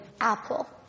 apple